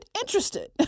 interested